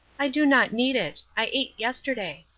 i do not need it. i ate yesterday.